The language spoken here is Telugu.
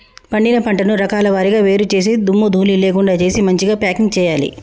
పండిన పంటను రకాల వారీగా వేరు చేసి దుమ్ము ధూళి లేకుండా చేసి మంచిగ ప్యాకింగ్ చేయాలి